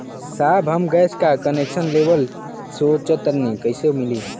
साहब हम गैस का कनेक्सन लेवल सोंचतानी कइसे मिली?